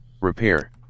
Repair